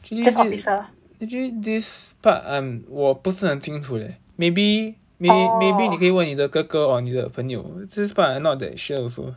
actually actually this part I'm 我不是很清楚 leh maybe maybe 你可以问你的哥哥 or 你的朋友 this part I am not that sure also